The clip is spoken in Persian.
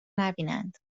نبینند